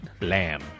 Lamb